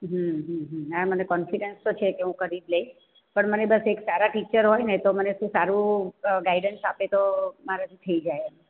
હમ ના મને કોન્ફિડન્સ તો છે જે કે હું કરી લઈશ પણ મને એક સારા ટીચર હોયને તો એક સારું ગાઈડન્સ આપે ને તો મારાથી થઈ જાય